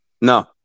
No